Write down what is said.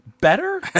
Better